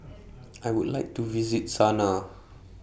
I Would like to visit Sanaa